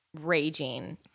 Raging